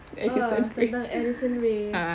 oh tentang addison rae